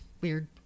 weird